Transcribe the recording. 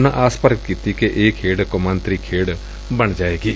ਉਨ੍ਹਾਂ ਆਸ ਪੁਗਟ ਕੀਤੀ ਕਿ ਇਹ ਖੇਡ ਕੌਮਾਂਤਰੀ ਖੇਡ ਬਣ ਜਾਏਗੀ